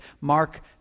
Mark